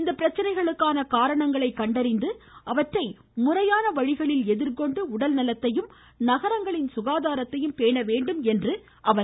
இந்த பிரச்சனைகளுக்கான காரணங்களை கண்டறிந்து அவற்றை முறையான வழிகளில் எதிர்கொண்டு உடல் நலததையும் நகரங்களின் சுகாதாரத்தையும் பேணவேண்டும் என்றார்